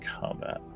combat